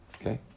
Okay